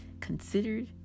considered